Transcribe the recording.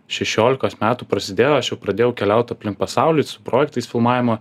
šešiolikos metų prasidėjo aš jau pradėjau keliaut aplink pasaulį su projektais filmavimo